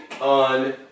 on